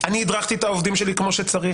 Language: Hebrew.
אני הדרכתי את העובדים שלי כמו שצריך,